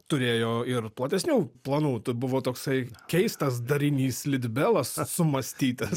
turėjo ir platesnių planų tai buvo toksai keistas darinys litbelas sumąstytas